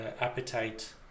appetite